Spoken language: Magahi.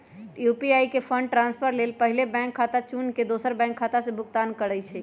यू.पी.आई से फंड ट्रांसफर लेल पहिले बैंक खता के चुन के दोसर बैंक खता से भुगतान करइ छइ